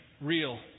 real